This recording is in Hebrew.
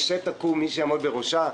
כשתקום מי שיעמוד בראשה,